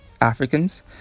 Africans